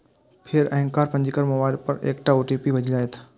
फेर अहांक पंजीकृत मोबाइल पर एकटा ओ.टी.पी भेजल जाएत